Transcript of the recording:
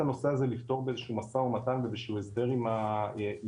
הנושא הזה לפתור באיזשהו משא ומתן ובאיזשהו הסדר עם המדינה.